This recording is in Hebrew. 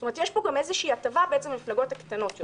כלומר יש פה גם איזו הטבה למפלגות הקטנות יותר.